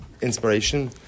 inspiration